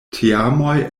teamoj